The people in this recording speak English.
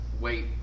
wait